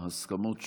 להסכמות שהושגו,